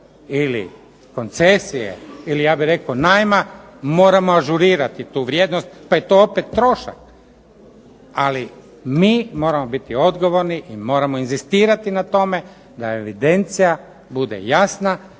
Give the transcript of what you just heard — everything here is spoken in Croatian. ili koncesije ili ja bih rekao najma, moramo ažurirati tu vrijednost pa je to opet trošak, ali mi moramo biti odgovorni i moramo inzistirati na tome da evidencija bude jasna,